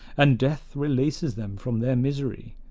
and death releases them from their misery.